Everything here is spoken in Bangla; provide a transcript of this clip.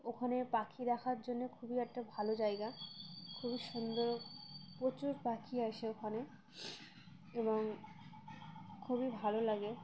ওখানে পাখি দেখার জন্যে খুবই একটা ভালো জায়গা খুবই সুন্দর প্রচুর পাখি আসে ওখানে এবং খুবই ভালো লাগে